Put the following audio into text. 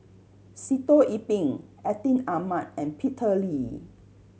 Sitoh Yih Pin Atin Amat and Peter Lee